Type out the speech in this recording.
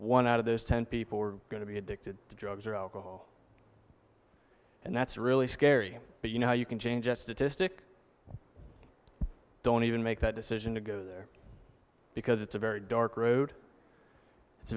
one out of those ten people are going to be addicted to drugs or alcohol and that's really scary but you know how you can change that statistic don't even make that decision to go there because it's a very dark road it's